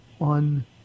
on